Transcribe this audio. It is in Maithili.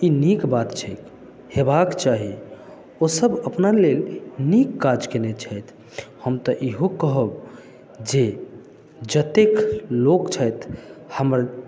ई नीक बात छैक हेबाक चाही ओ सब अपना लेल नीक काज कयने छथि हम तऽ इहो कहब जे जतेक लोक छथि हमर